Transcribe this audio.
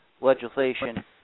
legislation